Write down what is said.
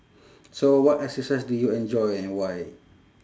so what exercise do you enjoy and why